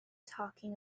talking